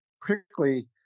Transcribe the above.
particularly